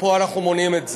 ופה אנחנו מונעים את זה.